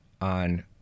on